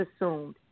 assumed